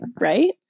Right